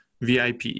VIP